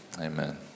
Amen